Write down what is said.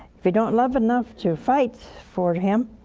if you don't love enough to fight for him,